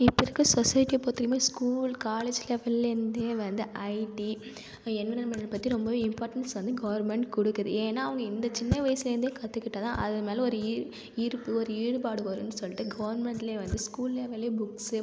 இப்போ இருக்க சொஸைட்டியை பொறுத்தவரையுமே ஸ்கூல் காலேஜ் லெவல்லேருந்தே வந்து ஐடி என்விராய்ன்மெண்ட்டை பற்றி ரொம்பவே இம்பார்ட்டன்ஸ் வந்து கவர்மண்ட் கொடுக்குது ஏன்னால் அவங்க இந்த சின்ன வயசுலேருந்தே கற்றுக்கிட்டா தான் அதுமேலே ஒரு ஈ ஈர்ப்பு ஒரு ஈடுப்பாடு வரும்ன்னு சொல்லிட்டு கவர்மண்ட்லே வந்து ஸ்கூல் லெவல்லேயே புக்ஸு